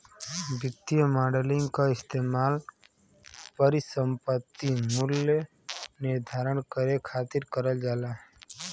वित्तीय मॉडलिंग क इस्तेमाल परिसंपत्ति मूल्य निर्धारण करे खातिर करल जाला